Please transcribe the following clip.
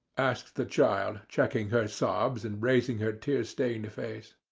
asked the child, checking her sobs, and raising her tear-stained face.